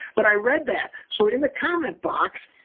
but i read that, so in the comment box,